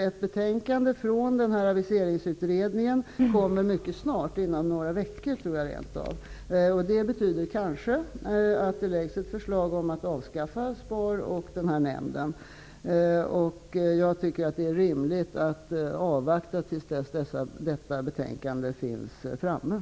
Ett betänkande från Aviseringsutredningen kommer mycket snart, inom några veckor tror jag. Det leder kanske till att ett förslag läggs fram om att avskaffa SPAR och SPAR-nämnden. Jag tycker att det är rimligt att avvakta tills detta betänkande finns framtaget.